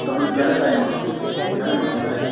તમને ક્યારે ટાઇમ મળશે ક્યારે મળશે ટાઇમ